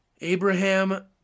Abraham